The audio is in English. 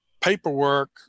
paperwork